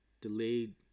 delayed